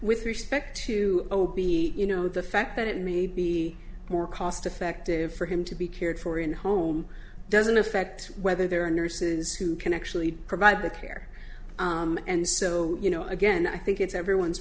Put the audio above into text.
with respect to o b you know the fact that it may be more cost effective for him to be cared for in home doesn't affect whether there are nurses who can actually provide the care and so you know again i think it's everyone's